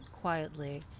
quietly